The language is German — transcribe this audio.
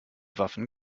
waffen